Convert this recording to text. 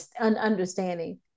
understanding